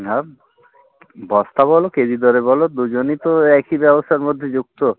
আর বস্তা বলো কেজি দরে বলো দুজনই তো একই ব্যবসার মধ্যে যুক্ত